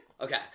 Okay